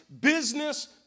business